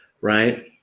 right